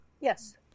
Yes